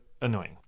annoying